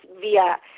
via